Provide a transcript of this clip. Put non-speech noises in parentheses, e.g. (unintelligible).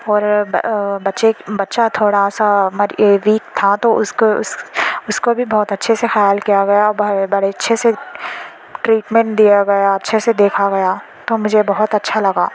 اور بچے بچہ تھوڑا سا (unintelligible) ویک تھا تو اس کو بھی بہت اچھے سے خیال کیا گیا بڑے اچھے سے ٹریٹمنٹ دیا گیا اچھے سے دیکھا گیا تو مجھے بہت اچھا لگا